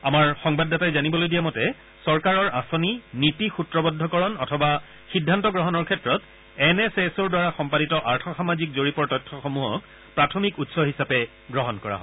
আমাৰ সংবাদদাতাই জানিবলৈ দিয়া মতে চৰকাৰৰ আঁচনি নীতি সূত্ৰবদ্ধকৰণ অথবা সিদ্ধান্ত গ্ৰহণৰ ক্ষেত্ৰত এন এছ এছ অ'ৰ দ্বাৰা সম্পাদিত আৰ্থ সামাজিক জৰীপৰ তথ্যসমূহক প্ৰাথমিক উৎস হিচাপে গ্ৰহণ কৰা হয়